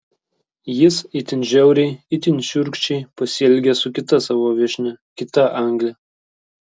jis itin žiauriai itin šiurkščiai pasielgė su kita savo viešnia kita angle